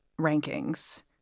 rankings